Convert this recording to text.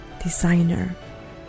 designer